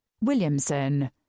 Williamson